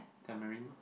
tamarind lor